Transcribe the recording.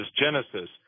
genesis